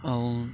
ଆଉ